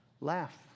Laugh